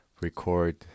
record